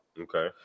Okay